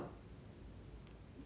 they talk about racial discrimination